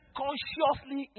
consciously